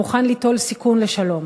מוכן ליטול סיכון לשלום,